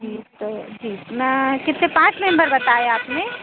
ठीक तो जितना कितने पाँच मेम्बर बताए आपने